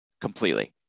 completely